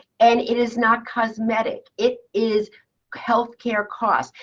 and it is not cosmetic. it is health care costs.